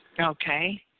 Okay